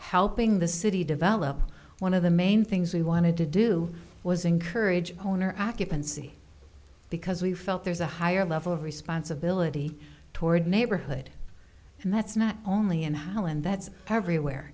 helping the city develop one of the main things we wanted to do was encourage owner occupancy because we felt there's a higher level of responsibility toward neighborhood and that's not only in holland that's every where